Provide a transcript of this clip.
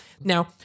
Now